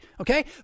Okay